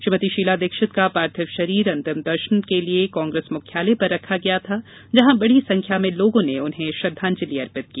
श्रीमती शीला दीक्षित का पार्थिव शरीर अंतिम दर्शनों के लिए कांग्रेस मुख्यालय पर रखा गया था जहां बड़ी संख्या में लोगों ने उन्हें श्रद्वांजलि अर्पित की